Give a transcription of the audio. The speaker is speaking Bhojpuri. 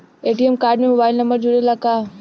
ए.टी.एम कार्ड में मोबाइल नंबर जुरेला का?